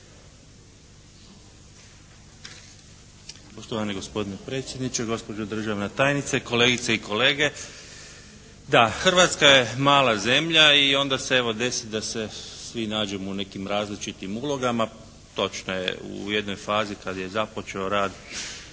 Hrvatska je mala zemlja i onda se evo desi da se svi nađemo u nekim različitim ulogama. Točno je u jednoj fazi kad je započeo rad na